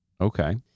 Okay